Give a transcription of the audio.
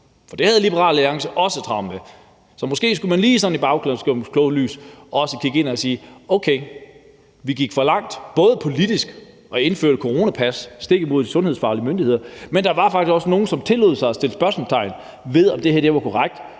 For det havde Liberal Alliance også travlt med. Så måske skulle man i bagklogskabens klare lys sådan lige kigge indad og sige, at okay, man gik for langt, både politisk og ved at indføre et coronapas, stik imod, hvad de sundhedsfaglige myndigheder sagde. For der var faktisk også nogle, som tillod sig at sætte spørgsmålstegn ved, om det her var korrekt,